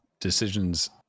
decisions